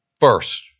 First